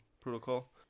protocol